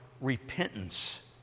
repentance